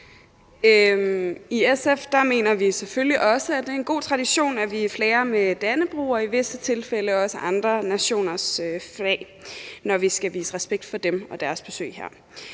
I SF mener vi selvfølgelig også, at det er en god tradition, at vi flager med Dannebrog og i visse tilfælde også andre nationers flag, når vi skal vise respekt for dem og deres besøg her.